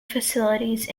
facilities